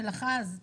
של אחז בן ארי,